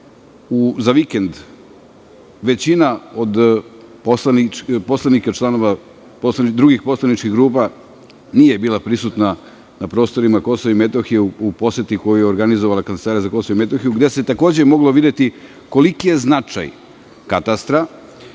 za vikend većina od poslanika, članova drugih poslaničkih grupa, nije bila prisutna na prostorima Kosova i Metohije u poseti koju je organizovala Kancelarija za Kosovo i Metohiju, gde se takođe moglo videti koliki je značaj katastra,